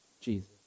Jesus